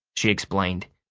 she explained.